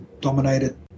dominated